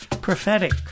prophetic